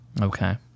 Okay